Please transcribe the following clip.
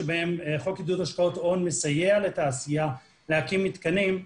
שבהם חוק עידוד השקעות הון מסייע לתעשייה להקים מתקנים,